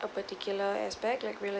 a particular aspect like real